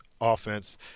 offense